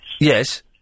Yes